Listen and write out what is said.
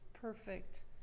perfect